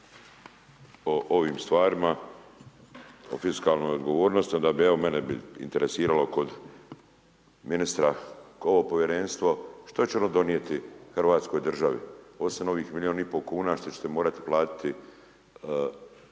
o ovim stvarima, o fiskalnoj odgovornosti, onda bi mene interesiralo kod ministra ovo povjerenstvo, što će ono donijeti Hrvatskoj državi, osim ovih milijun i pol kuna, što ćete morati platiti